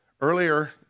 earlier